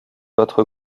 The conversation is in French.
votre